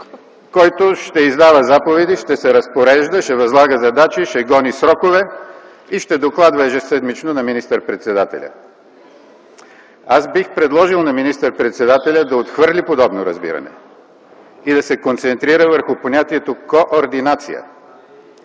който ще издава заповеди, ще се разпорежда, ще възлага задачи, ще гони срокове и ежеседмично ще докладва на министър-председателя. Бих предложил на министър-председателя да отхвърли подобно разбиране и да се концентрира върху понятието „координация”.